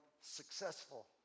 successful